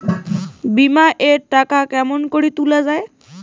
বিমা এর টাকা কেমন করি তুলা য়ায়?